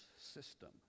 system